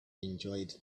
enjoyed